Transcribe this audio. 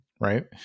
right